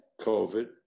COVID